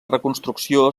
reconstrucció